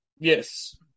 Yes